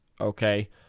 okay